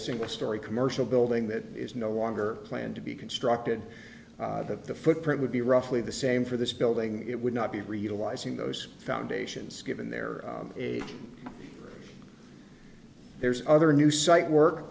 single storey commercial building that is no longer planned to be constructed that the footprint would be roughly the same for this building it would not be realizing those foundations given there there's other new site work